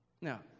Now